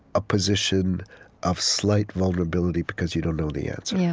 a position of slight vulnerability because you don't know the answer. yeah